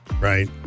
right